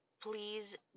Please